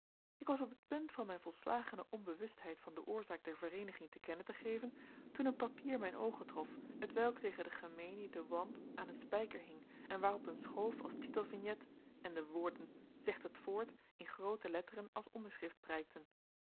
ik was op het punt van mijn volslagene onbewustheid van de oorzaak der vereeniging te kennen te geven toen een papier mijn oogen trof hetwelk tegen den gemenieden wand aan een spijker hing en waarop een schoof als titelvignet en de woorden segt het voort in groote letteren als onderschrift prijkten